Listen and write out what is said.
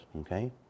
okay